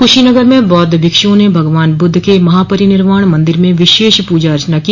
कुशीनगर में बौद्ध भिक्षुओं ने भगवान बुद्ध के महापरिनिर्वाण मन्दिर में विशेष पूजा अर्चना की